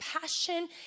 passion